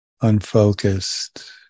unfocused